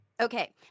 Okay